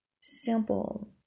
simple